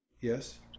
Yes